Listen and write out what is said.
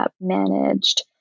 managed